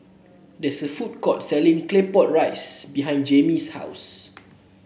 there is a food court selling Claypot Rice behind Jaimie's house